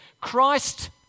Christ